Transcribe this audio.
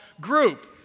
group